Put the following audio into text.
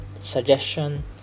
suggestion